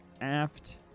aft